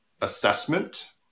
assessment